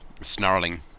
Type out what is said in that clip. snarling